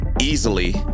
easily